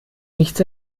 nichts